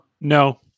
No